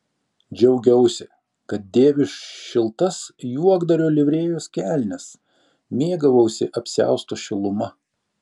džiaugiausi kad dėviu šiltas juokdario livrėjos kelnes mėgavausi apsiausto šiluma